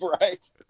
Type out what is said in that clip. Right